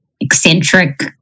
eccentric